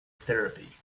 therapy